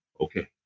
Okay